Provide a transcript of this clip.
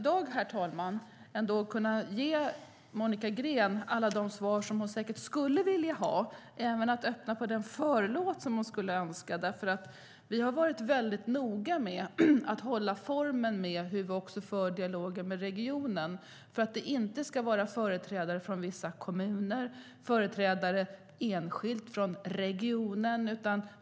Jag har i dag svårt att ge Monica Green alla de svar som hon säkert vill ha och öppna på förlåten. Vi är nämligen noga med att hålla formen för hur vi för dialogen med regionen så att den inte förs med företrädare för vissa kommuner eller enskilt från regionen.